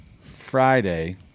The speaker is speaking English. Friday –